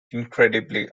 incredibly